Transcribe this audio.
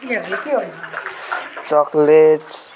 chocolate